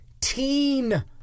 teen